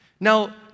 Now